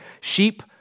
Sheep